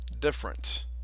difference